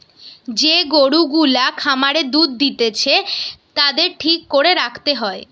যে গরু গুলা খামারে দুধ দিতেছে তাদের ঠিক করে রাখতে হয়